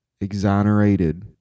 exonerated